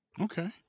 okay